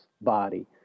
body